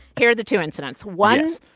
here are the two incidents. one. yes.